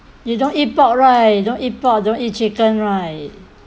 you don't eat pork right don't eat pork don't eat chicken right